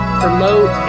promote